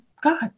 God